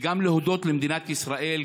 וגם להודות למדינת ישראל,